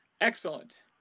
Excellent